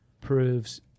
proves